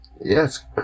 Yes